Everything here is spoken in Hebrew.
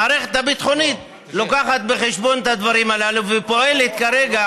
המערכת הביטחונית לוקחת בחשבון את הדברים הללו ופועלת כרגע.